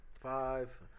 five